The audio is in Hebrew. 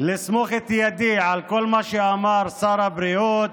לסמוך את ידי על כל מה שאמר שר הבריאות.